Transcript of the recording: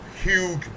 huge